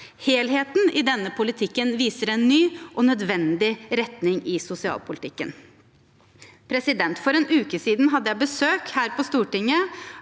Helheten i denne politikken viser en ny og nødvendig retning i sosialpolitikken. For en uke siden hadde jeg besøk her på Stortinget